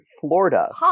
Florida